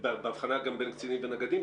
בהבחנה בין קצינים לנגדים,